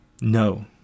No